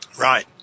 Right